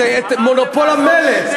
את מונופול המלט,